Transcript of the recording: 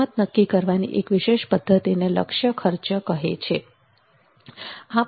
કિંમત નક્કી કરવાની એક વિશેષ પદ્ધતિને લક્ષ્ય ખર્ચ કહેવામાં આવે છે